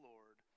Lord